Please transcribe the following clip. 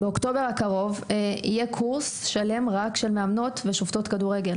באוקטובר הקרוב יהיה קורס שלם רק של מאמנות ושופטות כדורגל